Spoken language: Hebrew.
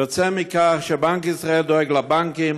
יוצא מכך שבנק ישראל דואג לבנקים,